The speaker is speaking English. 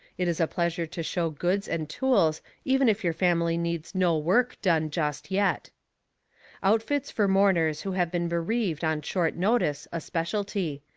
it is a pleasure to show goods and tools even if your family needs no work done just yet outfits for mourners who have been bereaved on short notice a specialty.